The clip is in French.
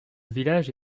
village